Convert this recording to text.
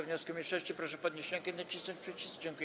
wniosku mniejszości, proszę podnieść rękę i nacisnąć przycisk.